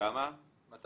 200